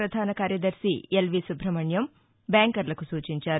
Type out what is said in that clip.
ప్రపధాన కార్యదర్శి ఎల్వీ సుబ్రహ్మణ్యం బ్యాంకర్లకు సూచించారు